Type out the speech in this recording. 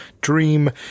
Dream